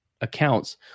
accounts